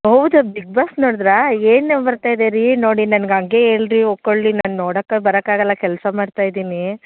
ಹೌದ ಬಿಗ್ಬಾಸ್ ನೋಡಿದ್ರಾ ಏನು ಬರ್ತಾಯಿದೆ ರೀ ನೋಡಿ ನನ್ಗೆ ಹಾಗೇ ಹೇಳ್ರಿ ಹೊಕ್ಕೊಳ್ಳಿ ನಾನು ನೋಡಕ್ಕೆ ಬರೋಕ್ಕಾಗಲ್ಲ ಕೆಲಸ ಮಾಡ್ತಾ ಇದ್ದೀನಿ